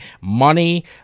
money